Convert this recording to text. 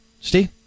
Steve